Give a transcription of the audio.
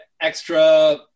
extra